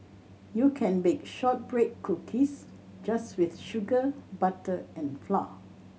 you can bake shortbread cookies just with sugar butter and flour